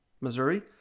Missouri